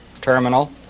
terminal